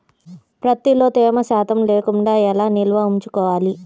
ప్రత్తిలో తేమ శాతం లేకుండా ఎలా నిల్వ ఉంచుకోవాలి?